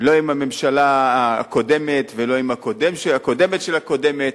לא עם הממשלה הקודמת ולא עם הקודמת של הקודמת.